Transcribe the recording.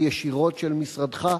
היא לא של משרדך ישירות,